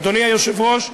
אדוני היושב-ראש,